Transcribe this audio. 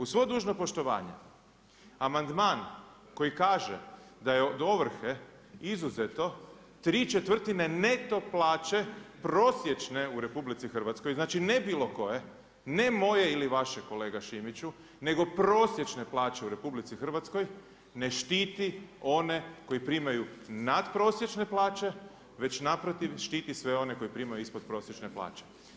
Uz svo dužno poštovanje amandman koji kaže da je od ovrhe izuzeto tri četvrtine neto plaće prosječne u RH znači ne bilo koje, ne moje ili vaše kolega Šimiću nego prosječne plaće u RH ne štiti one koji primaju natprosječne plaće već naprotiv štiti sve one koji primaju ispodprosječne plaće.